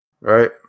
Right